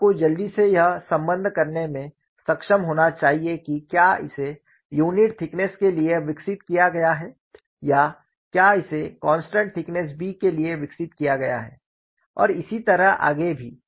आपको जल्दी से यह संबद्ध करने में सक्षम होना चाहिए कि क्या इसे यूनिट थिकनेस के लिए विकसित किया गया है या क्या इसे कॉन्स्टन्ट थिकनेस B के लिए विकसित किया गया है और इसी तरह आगे भी